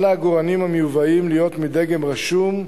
על העגורנים המיובאים להיות מדגם רשום,